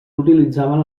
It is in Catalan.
utilitzaven